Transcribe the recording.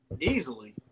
Easily